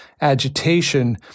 agitation